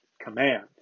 command